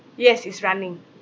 yes it's running